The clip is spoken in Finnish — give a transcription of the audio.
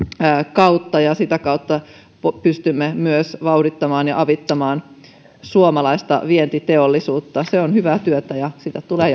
kautta ja sitä kautta pystymme myös vauhdittamaan ja avittamaan suomalaista vientiteollisuutta se on hyvää työtä ja sitä tulee